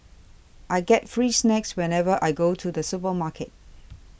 I get free snacks whenever I go to the supermarket